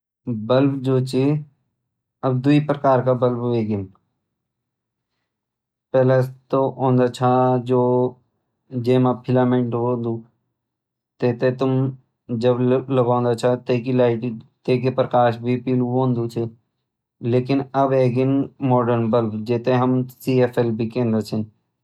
बल्ब जु छ अब द्वी प्रकार का बल्ब होएगे। पहला त ओंद छ जो जै म फिलामिंट होंद। तै थै तुम जब लगोंदा छ तै की लाइट एक ही प्रकार विपिल होंद छ। लेकिन अब ऐगेन मोडल बल्ब जै थैं हम सीएफएल भी कंहद छ।